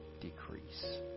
decrease